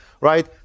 right